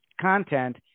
content